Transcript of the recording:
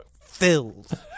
filled